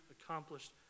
accomplished